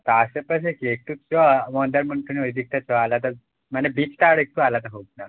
তা আশেপাশে কে একটু চল মন্দারমণি টনি ওই দিকটা চল আলাদা মানে বিচটা আর একটু আলাদা হোক না